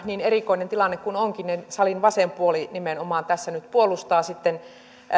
niin erikoinen kuin tilanne onkin niin nimenomaan salin vasen puoli tässä nyt puolustaa